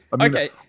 Okay